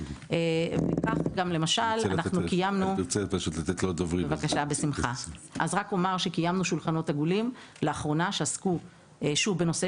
כך גם למשל לאחרונה אנחנו קיימנו שולחנות עגולים שעסקו בנושא